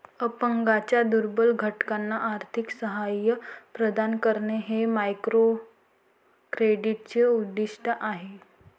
अपंगांच्या दुर्बल घटकांना आर्थिक सहाय्य प्रदान करणे हे मायक्रोक्रेडिटचे उद्दिष्ट आहे